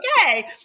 okay